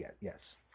yes